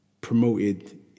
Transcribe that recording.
promoted